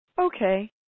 okay